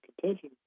contention